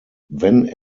wenn